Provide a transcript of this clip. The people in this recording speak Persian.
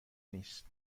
نیست